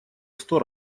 сто